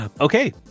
Okay